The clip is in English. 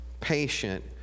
Patient